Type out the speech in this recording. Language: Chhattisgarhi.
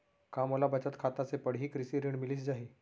का मोला बचत खाता से पड़ही कृषि ऋण मिलिस जाही?